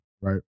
Right